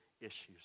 issues